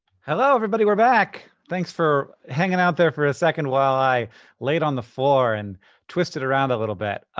hello everybody. we're back. thanks for hanging out there for a second while i laid on the floor and twisted around a little bit.